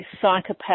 psychopath